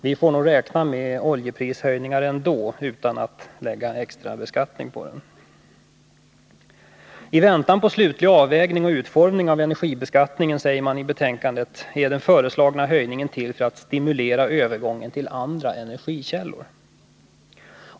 Vi får nog ändå räkna med oljeprishöjningar utan någon extra beskattning. I väntan på en slutlig avvägning och utformning av energibeskattningen, säger man i betänkandet, är den föreslagna höjningen till för att stimulera övergången till andra energikällor.